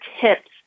tips